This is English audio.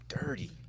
dirty